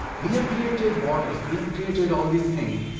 we have created borders, we have created all these things,